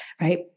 right